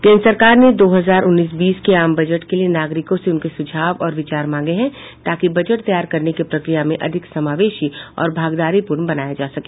केन्द्र सरकार ने दो हजार उन्नीस बीस के आम बजट के लिये नागरिकों से उनके सुझाव और विचार मांगे हैं ताकि बजट तैयार करने की प्रक्रिया को अधिक समावेशी और भागीदारीपूर्ण बनाया जा सके